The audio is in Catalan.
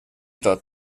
tot